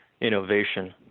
innovation